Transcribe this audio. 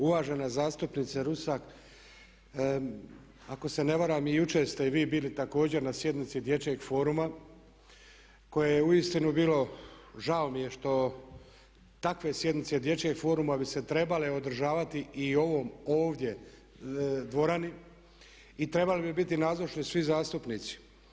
Uvažena zastupnice Rusak, ako se ne varam i jučer ste vi bili također na sjednici dječjeg foruma koje je uistinu bilo, žao mi je što takve sjednice dječjeg foruma bi se trebale održavati i u ovom ovdje dvorani i trebali bi biti nazočni svi zastupnici.